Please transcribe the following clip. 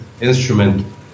instrument